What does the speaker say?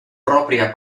propria